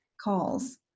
Calls